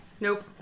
Nope